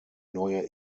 neue